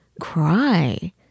cry